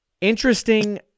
Interesting